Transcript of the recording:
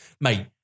mate